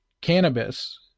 cannabis